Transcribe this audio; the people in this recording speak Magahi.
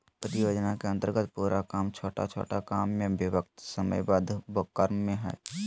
परियोजना के अन्तर्गत पूरा काम छोटा छोटा काम में विभक्त समयबद्ध क्रम में हइ